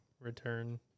return